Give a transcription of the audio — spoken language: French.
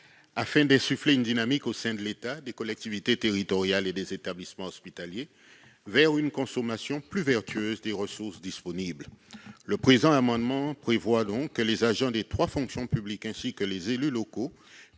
Afin d'insuffler une dynamique au sein de l'État, des collectivités territoriales et des établissements hospitaliers pour tendre vers une consommation plus vertueuse des ressources disponibles, le présent amendement prévoit que les agents des trois fonctions publiques, ainsi que les élus locaux,